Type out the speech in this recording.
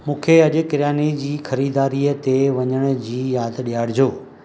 मूंखे अॼु किरयाने जी ख़रीदारीअ ते वञण जी यादि ॾियारजो